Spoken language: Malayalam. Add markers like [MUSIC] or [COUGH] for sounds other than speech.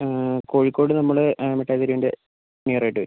കോഴിക്കോട് നമ്മൾ മറ്റെ [UNINTELLIGIBLE] നിയർ ആയിട്ട് വരും